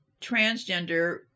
transgender